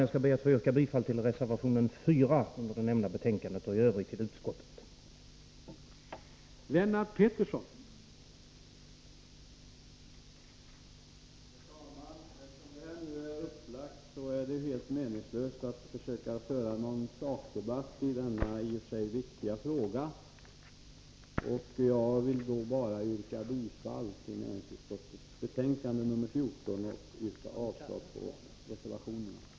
Jag skall be att få yrka bifall till reservation 4 i det nämnda betänkandet och i övrigt till utskottets hemställan.